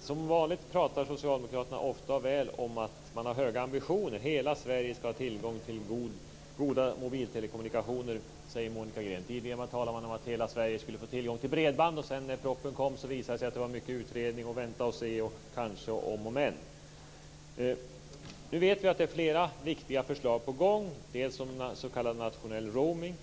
Som vanligt talar socialdemokraterna ofta och väl om att de har höga ambitioner. Hela Sverige ska ha tillgång till goda mobiltelekommunikationer, säger Monica Green. Tidigare talade de om att hela Sverige skulle få tillgång till bredband. När propositionen lades fram visade det sig att det handlade mycket om utredning, vänta och se, kanske, om och men. Nu vet vi att det är flera viktiga förslag på gång, bl.a. om s.k. nationell roaming.